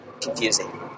confusing